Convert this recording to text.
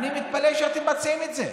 אני מתפלא שאתם מציעים את זה.